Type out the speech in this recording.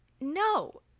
no